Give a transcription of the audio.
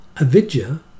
avidya